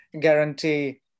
guarantee